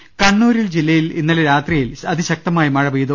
ദർശ്ശാ കണ്ണൂർ ജില്ലയിൽ ഇന്നലെ രാത്രിയിൽ അതിശക്തമായ മഴ പെയ്തു